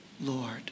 Lord